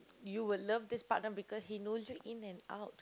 you would love this partner because he knows you in and out